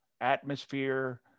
atmosphere